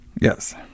Yes